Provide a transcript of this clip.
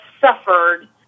suffered